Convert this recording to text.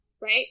right